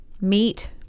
Meat